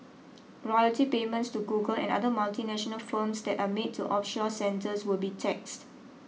royalty payments to Google and other multinational firms that are made to offshore centres will be taxed